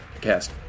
cast